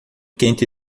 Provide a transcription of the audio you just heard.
quente